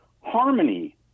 harmony